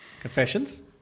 Confessions